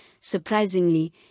surprisingly